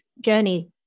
journey